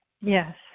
Yes